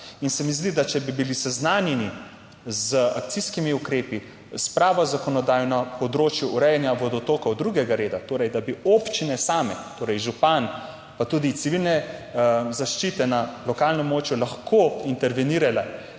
In se mi zdi, da če bi bili seznanjeni z akcijskimi ukrepi s pravo zakonodajo na področju urejanja vodotokov drugega reda, torej da bi občine same, torej župan, pa tudi civilne zaščite na lokalnem območju lahko intervenirale